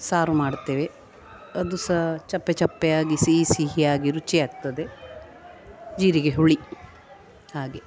ಸಾರು ಮಾಡ್ತೇವೆ ಅದು ಸಹ ಸಪ್ಪೆ ಸಪ್ಪೆ ಆಗಿ ಸಿ ಸಿಹಿ ಆಗಿ ರುಚಿ ಆಗ್ತದೆ ಜೀರಿಗೆ ಹುಳಿ ಹಾಗೆ